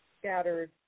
scattered